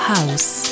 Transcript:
House